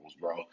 bro